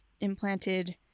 implanted